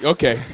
Okay